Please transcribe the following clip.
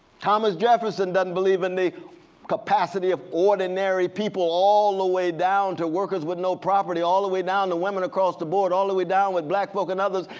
thomas jefferson doesn't believe in the capacity of ordinary people all the way down to workers with no property. all the way down to women across the board. all the way down with black folk and others.